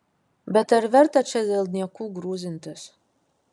bet ar verta čia dėl niekų grūzintis